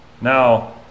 Now